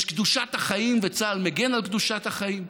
יש קדושת החיים וצה"ל מגן על קדושת החיים.